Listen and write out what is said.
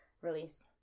release